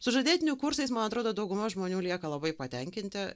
sužadėtinių kursais man atrodo dauguma žmonių lieka labai patenkinti